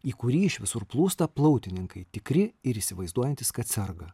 į kurį iš visur plūsta plautininkai tikri ir įsivaizduojantys kad serga